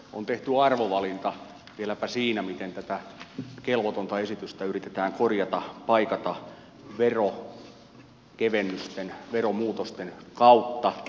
on tehty arvovalinta vieläpä siinä miten tätä kelvotonta esitystä yritetään korjata paikata veronkevennysten veromuutosten kautta